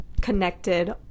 connected